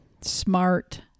smart